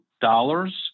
dollars